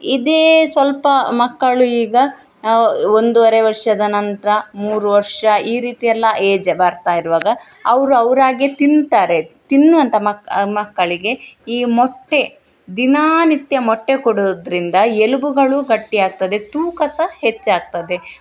ಇದೆ ಸ್ವಲ್ಪ ಮಕ್ಕಳು ಈಗ ಒಂದುವರೆ ವರ್ಷದ ನಂತರ ಮೂರು ವರ್ಷ ಈ ರೀತಿಯಲ್ಲ ಏಜ್ ಬರ್ತಾ ಇರುವಾಗ ಅವರು ಅವರಾಗೆ ತಿಂತಾರೆ ತಿನ್ನುವಂತ ಮಕ ಮಕ್ಕಳಿಗೆ ಈ ಮೊಟ್ಟೆ ದಿನನಿತ್ಯ ಮೊಟ್ಟೆ ಕೊಡುವುದರಿಂದ ಎಲುಬುಗಳು ಗಟ್ಟಿ ಆಗ್ತದೆ ತೂಕ ಸಹ ಹೆಚ್ಚಾಗ್ತದೆ